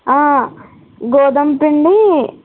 గోధుమ పిండి